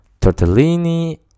tortellini